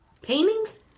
Paintings